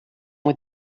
with